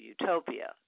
Utopia